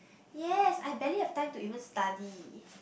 yes I barely have time to even study